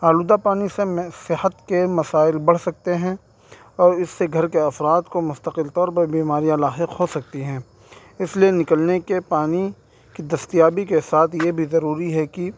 آلودہ پانی سے میں صحت کے مسائل بڑھ سکتے ہیں اور اس سے گھر کے افراد کو مستقل طور پر بیماریاں لاحق ہو سکتی ہیں اس لیے نکلنے کے پانی کی دستیابی کے ساتھ یہ بھی ضروری ہے کہ